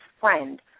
friend